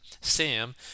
Sam